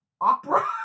opera